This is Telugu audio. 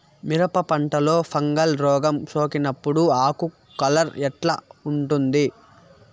మిరప పంటలో ఫంగల్ రోగం సోకినప్పుడు ఆకు కలర్ ఎట్లా ఉంటుంది?